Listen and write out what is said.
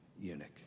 eunuch